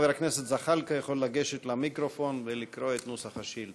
חבר הכנסת זחאלקה יכול לגשת למיקרופון ולקרוא את נוסח השאילתה.